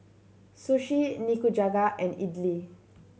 Sushi Nikujaga and Idili